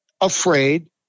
afraid